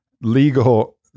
legal